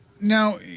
Now